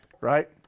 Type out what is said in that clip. right